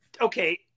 okay